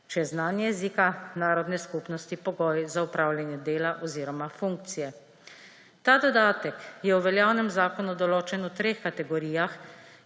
je znanje jezika narodne skupnosti pogoj za opravljanje dela oziroma funkcije. Ta dodatek je v veljavnem zakonu določen v treh kategorijah,